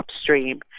upstream